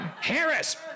Harris